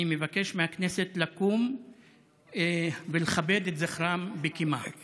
אני מבקש מהכנסת לקום ולכבד את זכרם בקימה.